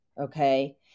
Okay